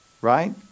Right